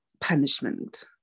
punishment